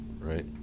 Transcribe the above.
right